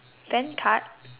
bank card